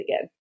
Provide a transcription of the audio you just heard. again